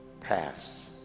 pass